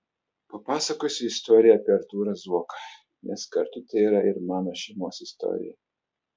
papasakosiu istoriją apie artūrą zuoką nes kartu tai yra ir mano šeimos istorija